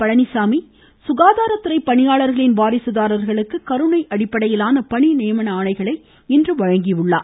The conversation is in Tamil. பழனிச்சாமி சுகாதார துறை பணியாளர்களின் வாரிசுதாரர்களுக்கு கருணை அடிப்படையிலான பணி நியமன ஆணைகளை இன்று வழங்கினார்